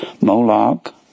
Moloch